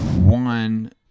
one